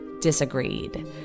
disagreed